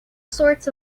sorts